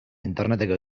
interneteko